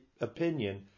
opinion